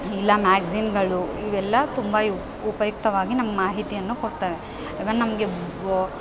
ಇಲ್ಲ ಮ್ಯಾಗ್ಜಿನ್ಗಳು ಇವೆಲ್ಲ ತುಂಬ ಯು ಉಪಯುಕ್ತವಾಗಿ ನಮ್ಗೆ ಮಾಹಿತಿಯನ್ನು ಕೊಡ್ತವೆ ಈವನ್ ನಮಗೆ ಬೊ